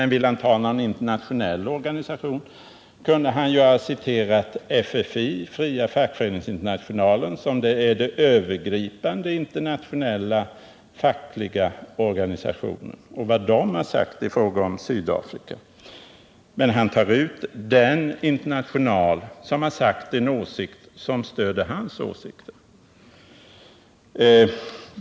När han nu nämner en internationell organisation, så kunde han lika gärna ha nämnt FFI, Fria fackföreningsinternationalen, som är den övergripande internationella fackliga organisationen, och talat om vad den har sagt om Sydafrika. Men han väljer ut den international som har framfört en åsikt som bäst överensstämmer med hans egen.